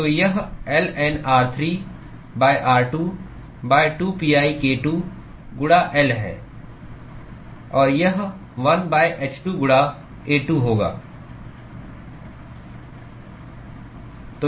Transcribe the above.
तो यह ln r3 r2 2pi k2 गुणा L है और यह 1 h2 गुणा A2 होगा